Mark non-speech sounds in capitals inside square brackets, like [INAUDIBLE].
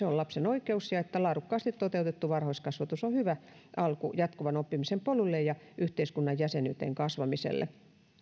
[UNINTELLIGIBLE] on lapsen oikeus ja että laadukkaasti toteutettu varhaiskasvatus on hyvä alku jatkuvan oppimisen polulle ja yhteiskunnan jäsenyyteen kasvamiselle